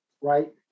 right